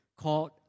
called